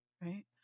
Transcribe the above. right